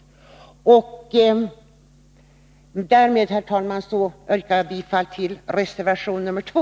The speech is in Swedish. Därmed, herr talman, yrkar jag bifall till reservation nr 2.